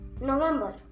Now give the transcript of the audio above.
November